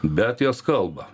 bet jos kalba